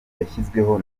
yashyizweho